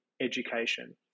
education